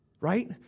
right